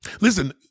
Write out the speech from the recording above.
Listen